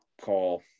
call